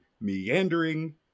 meandering